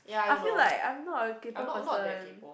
I feel like I'm not a kaypoh person